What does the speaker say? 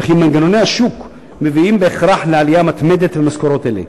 ומנגנוני השוק מביאים בהכרח לעלייה מתמדת במשכורות אלה,